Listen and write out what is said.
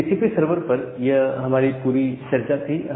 तो TCP server पर यह हमारी पूरी चर्चा थी